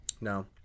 No